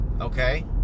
Okay